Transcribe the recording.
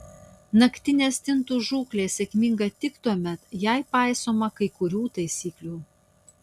naktinė stintų žūklė sėkminga tik tuomet jei paisoma kai kurių taisyklių